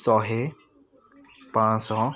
ଶହେ ପାଞ୍ଚ ଶହ